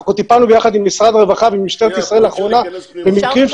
אנחנו טיפלנו לאחרונה ביחד עם משרד הרווחה ומשטרת ישראל במקרים של